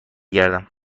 گردم